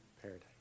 paradise